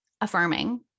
affirming